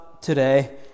today